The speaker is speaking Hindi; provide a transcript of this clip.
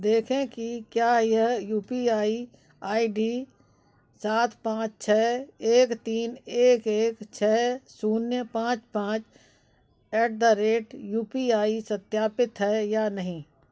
देखें कि क्या यह U P I I D सात पाँच छः एक तीन एक एक छः शून्य पाँच पाँच at the rate U P I सत्यापित है या नहीं